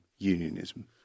Unionism